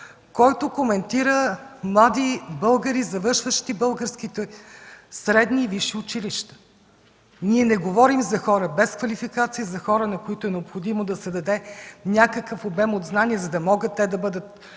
който коментира млади българи, завършващи българските средни и висши училища. Ние не говорим за хора без квалификация, за хора, на които е необходимо да се даде някакъв обем от знания, за да могат те да бъдат